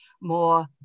more